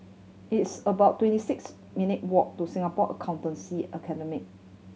it's about twenty six minute' walk to Singapore Accountancy Academy